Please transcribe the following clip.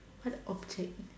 what object